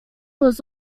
was